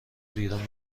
بیرون